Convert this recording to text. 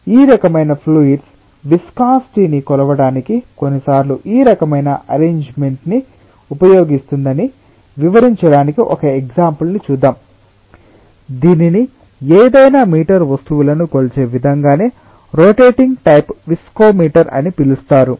ఈ రకమైన fluids viscosity ని కొలవడానికి కొన్నిసార్లు ఈ రకమైన అరేంజ్మెంట్ ని ఉపయోగిస్తుందని వివరించడానికి ఒక ఎగ్సాంపుల్ ని చూద్దాం దీనిని ఏదైనా మీటర్ వస్తువులను కొలిచే విధంగానే రొటేటింగ్ టైప్ విస్కోమీటర్ అని పిలుస్తారు